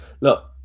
look